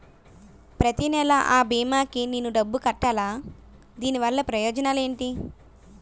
ప్రతినెల అ భీమా కి నేను డబ్బు కట్టాలా? దీనివల్ల ప్రయోజనాలు ఎంటి?